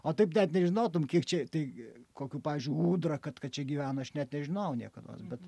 o taip net nežinotum kiek čia tai kokių pavyzdžiui ūdra kad kad čia gyvena aš net nežinojau niekados bet